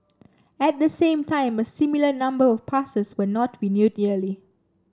at the same time a similar number of passes were not renewed yearly